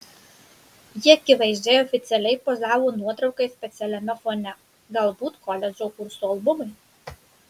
ji akivaizdžiai oficialiai pozavo nuotraukai specialiame fone galbūt koledžo kurso albumui